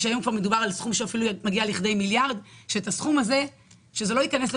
אני מציעה שבסכום זה יעודדו את